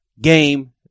game